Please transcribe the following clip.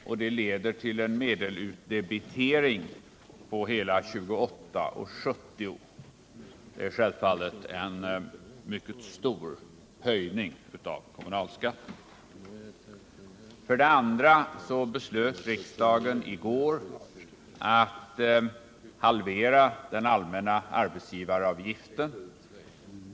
och det leder till en medelsutdebitering på hela 28:70 kr. Det är alltså en mycket stor höjning av kommunalskatten. För det andra beslöt riksdagen i går att halvera den allmänna arbetsgivaravgiften.